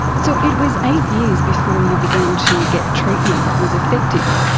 so it was eight years before you began to get treatment that was effective.